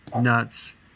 nuts